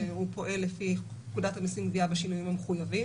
הוא פועל לפי פקודת המיסים והגבייה בשינויים המחויבים